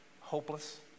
hopeless